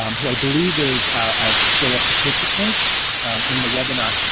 um who i believe is still a participant in the webinar.